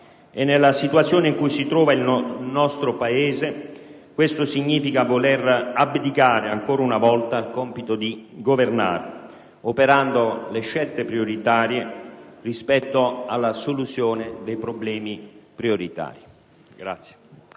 e, nella situazione in cui si trova il nostro Paese, questo significa ancora una volta voler abdicare al compito di governare operando le scelte prioritarie rispetto alla soluzione dei problemi prioritari.